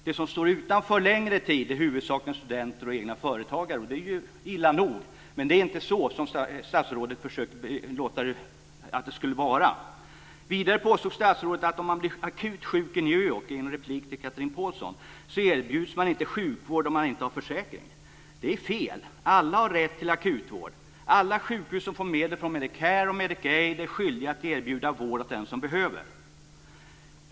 De som står utanför en längre tid är huvudsakligen studenter och egna företagare. Det är illa nog, men det är inte så som statsrådet försöker få det att låta. Vidare påstår statsrådet i en replik till Chatrine Pålsson att om man blir akut sjuk i New York så erbjuds man inte sjukvård om man inte har försäkring. Det är fel! Alla har rätt till akutvård. Alla sjukhus som får medel från Medicare och Medicaid är skyldiga att erbjuda vård åt den som behöver den.